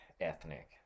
ethnic